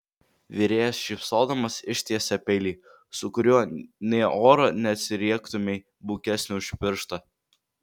virėjas šypsodamas ištiesia peilį su kuriuo nė oro neatsiriektumei bukesnį už pirštą